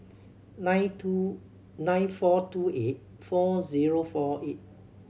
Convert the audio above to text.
nine two nine four two eight four zero four eight